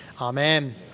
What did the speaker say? Amen